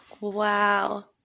Wow